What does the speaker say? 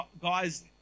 guys